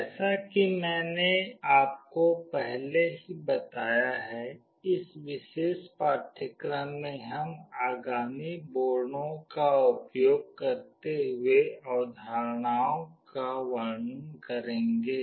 जैसा कि मैंने आपको पहले ही बताया है इस विशेष पाठ्यक्रम में हम आगामी बोर्डों का उपयोग करते हुए अवधारणाओं का वर्णन करेंगे